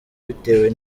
bitewe